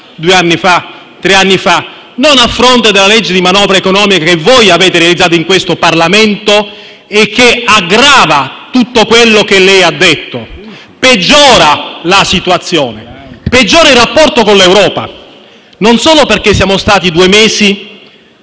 due o tre anni fa e non a fronte della manovra economica che voi avete realizzato in questo Parlamento e che aggrava tutto quello che lei ha detto, peggiorando la situazione e il rapporto con l'Europa. E ciò avviene non solo perché siamo stati due mesi